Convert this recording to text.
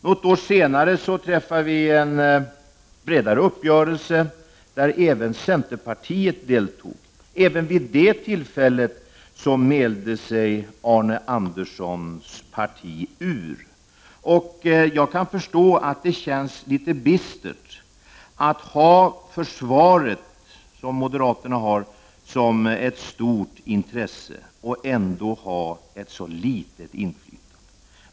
Något år senare träffades en bredare uppgörelse där även centerpartiet deltog. Också vid detta tillfälle mälde sig Arne Anderssons parti ur. Jag kan förstå att det känns litet bistert att, som moderaterna, ha försvaret som ett stort intresse och ändå ha ett så litet inflytande.